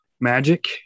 magic